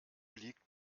liegt